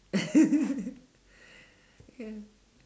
ya